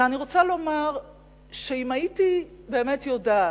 אלא אני רוצה לומר שאם הייתי באמת יודעת,